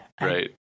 Right